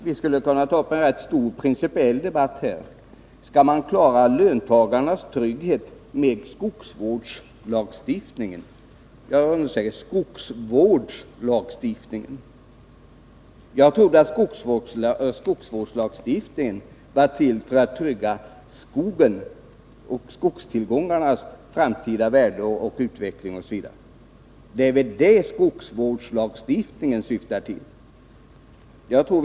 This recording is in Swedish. Vi skulle kunna ta upp en rätt stor principiell debatt på den punkten. Skall man klara löntagarnas trygghet med hjälp av skogsvårdslagstiftningen — jag understryker skogsvårdslagstiftningen? Jag trodde att skogsvårdslagstiftningens syfte var att trygga skogen och skogstillgångarnas framtida värde, utveckling osv.